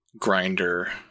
grinder